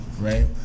right